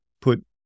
put